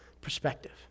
perspective